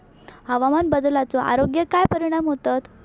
हवामान बदलाचो आरोग्याक काय परिणाम होतत?